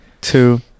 two